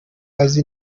azi